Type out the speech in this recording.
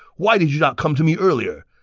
why did you not come to me earlier?